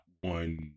one